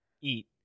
eat